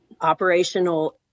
operational